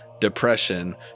depression